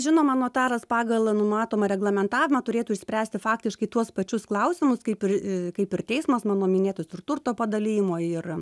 žinoma notaras pagal numatomą reglamentavimą turėtų išspręsti faktiškai tuos pačius klausimus kaip ir kaip ir teismas mano minėtus ir turto padalijimo ir